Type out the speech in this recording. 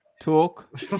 Talk